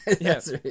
Yes